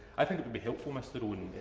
i think it would be helpful, mr owen,